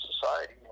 society